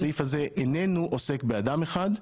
הסעיף הזה איננו עוסק באדם אחד.